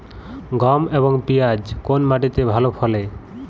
গম এবং পিয়াজ কোন মাটি তে ভালো ফলে?